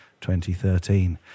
2013